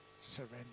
surrender